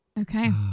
Okay